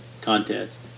contest